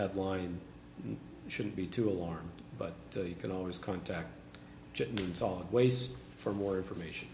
headline shouldn't be too alarmed but you can always contact means all ways for more information